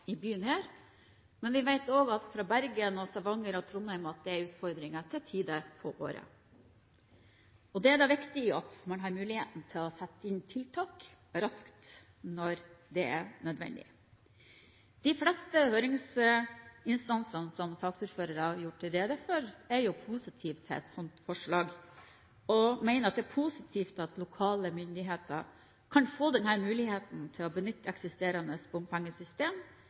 Trondheim at det er utfordringer på tider av året. Det er viktig at man har mulighet til å sette inn tiltak raskt når det er nødvendig. De fleste høringsinstansene er, som saksordføreren har gjort rede for, positive til et sånt forslag, og mener at det er positivt at lokale myndigheter kan få denne muligheten til å benytte eksisterende bompengesystem